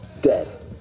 Dead